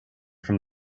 from